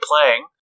playing